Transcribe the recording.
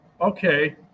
okay